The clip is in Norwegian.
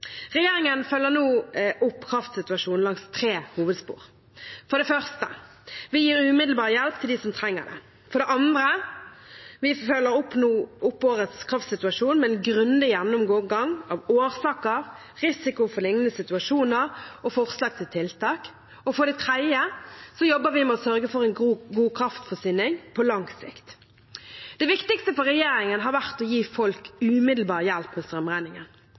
regjeringen. Regjeringen følger nå opp kraftsituasjonen langs tre hovedspor: For det første gir vi umiddelbar hjelp til dem som trenger det. For det andre følger vi nå opp årets kraftsituasjon med en grundig gjennomgang av årsaker, risiko for liknende situasjoner og forslag til tiltak. For det tredje jobber vi med å sørge for en god kraftforsyning på lang sikt. Det viktigste for regjeringen har vært å gi folk umiddelbar hjelp med strømregningen.